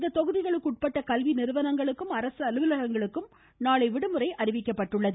இத்தொகுதிகளுக்கு உட்பட்ட கல்வி நிறுவனங்களுக்கும் அரசு அலுவலகங்களுக்கும் நாளை விடுமுறை அறிவிக்கப்பட்டுள்ளது